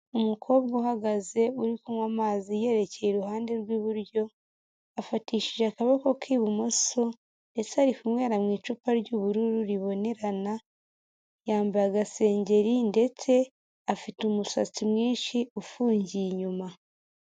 Umukobwa uhagaze uri kunywa amazi yerekeye iruhande rw'iburyo, afatishije akaboko k'ibumoso, ndetse ari kunywera mu icupa ry'ubururu ribonerana, yambaye agasengeri ndetse afite umusatsi mwinshi ufungiye inyuma.